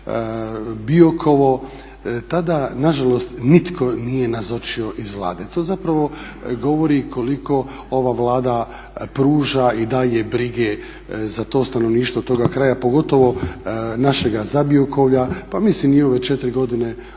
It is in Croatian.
Biokovo, tada nažalost nitko nije nazočio iz Vlade. To zapravo govori koliko ova Vlada pruža i daje brige za to stanovništvo toga kraja, pogotovo našega Zabiokovlja, pa mislim i u ove četiri godine ove